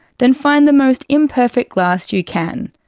then find the most imperfect glass you can.